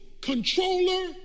controller